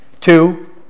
two